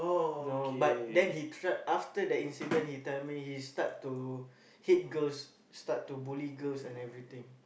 no but then he try after that incident he tell me he start to hate girls start to bully girls and everything